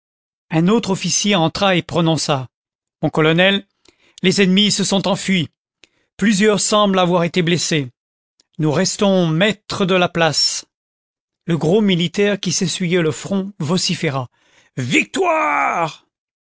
un autre officier entra et prononça mon colonel les ennemis se sont enfuis plusieurs semblent avoir été blessés nous restons maîtres de la place le gros militaire qui s'essuyait le front vociféra victoire